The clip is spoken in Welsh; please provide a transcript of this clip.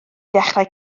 ddechrau